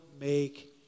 make